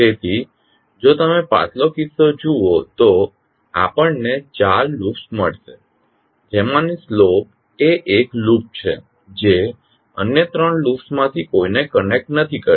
તેથી જો તમે પાછલો કિસ્સો જુઓ તો આપણને 4 લૂપ્સ મળશે જેમાની સ્લોપ એ એક લૂપ છે જે અન્ય 3 લૂપ્સમાંથી કોઈને કનેક્ટ નથી કરતી